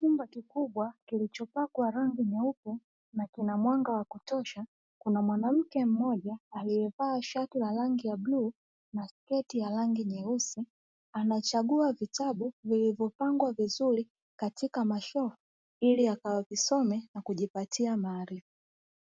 Chumba kikubwa kilichopakwa rangi nyeupe na kina mwanga wa kutosha kuna mwanamke mmoja aliyevaa shati la rangi ya bluu na sketi ya rangi nyeusi, anachagua vitabu vilivyopangwa vizuri katika mashelfu ili akawavisome na kujipatia maarifa,